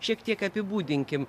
šiek tiek apibūdinkim